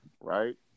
right